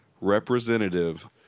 representative